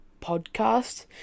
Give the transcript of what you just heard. Podcast